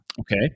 Okay